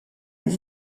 les